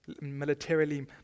militarily